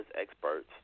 experts